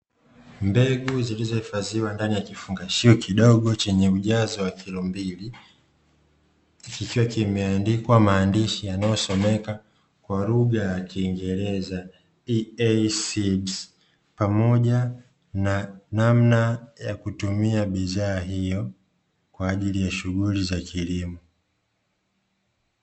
Mbegu iliyohifadhiwa ndani ya kifungashio kidogo chenye ujazo wa kilo mbili, kikiwa kimeandikwa maandishi yanayosomeka kwa lugha ya kiingereza,"EA seeds"pamoja na namna ya kutumia bidhaa hiyo kwa ajili ya shughuli za kilimo.